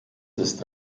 ist